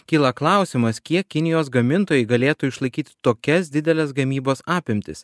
kyla klausimas kiek kinijos gamintojai galėtų išlaikyti tokias dideles gamybos apimtis